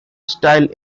style